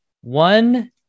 one